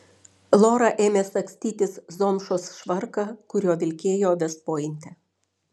lora ėmė sagstytis zomšos švarką kuriuo vilkėjo vest pointe